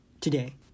Today